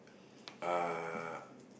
uh